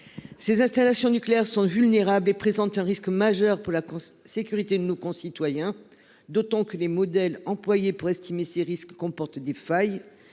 Ces installations nucléaires sont vulnérables et présentent des risques majeurs pour la sécurité de nos concitoyens. Or les modèles employés pour estimer ces risques comportent des failles